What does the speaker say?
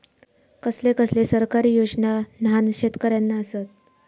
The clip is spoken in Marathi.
कसले कसले सरकारी योजना न्हान शेतकऱ्यांना आसत?